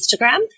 Instagram